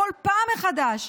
כל פעם מחדש,